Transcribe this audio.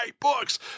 books